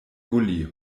gully